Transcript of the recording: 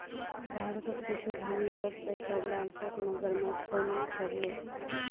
भारतत कुछू धनी लोग पैसार लालचत मगरमच्छको नि छोड ले